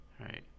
right